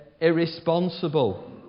irresponsible